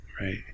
right